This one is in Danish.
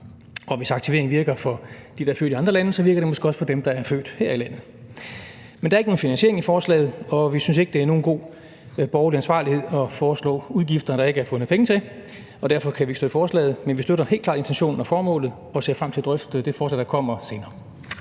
Og hvis aktiveringen virker for dem, der er født i andre lande, så virker det måske også på dem, der er født her i landet. Men der er ikke nogen finansiering i forslaget, og vi synes ikke, det er god borgerlig ansvarlighed at foreslå udgifter, der ikke er fundet penge til. Og derfor kan vi ikke støtte forslaget, men vi støtter helt klart intentionen og formålet og ser frem til at drøfte det forslag, der kommer.